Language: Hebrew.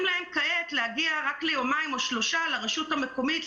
להם כעת להגיע רק ליומיים או שלושה לרשות המקומית,